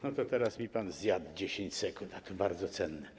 No to teraz mi pan zjadł 10 sekund, a są bardzo cenne.